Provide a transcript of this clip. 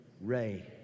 Ray